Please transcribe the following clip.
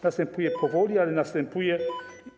Następuje powoli, ale następuje.